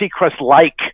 Seacrest-like